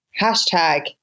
hashtag